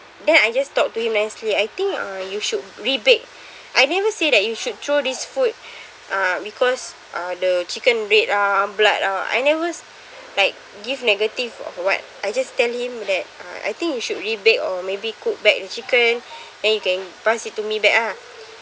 then I just talked to him nicely I think uh you should re-bake I never say that you should throw this food uh because uh the chicken red ah blood ah I never like give negative or what I just tell him that uh I think you should rebake or maybe cook back the chicken then you can pass it to me back ah